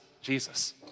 Jesus